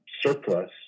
surplus